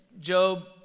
Job